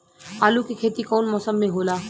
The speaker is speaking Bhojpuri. आलू के खेती कउन मौसम में होला?